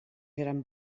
gran